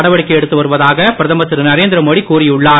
நடவடிக்கை எடுத்து வருவதாக பிரதமர் திருநரேந்திரமோடி கூறியுள்ளார்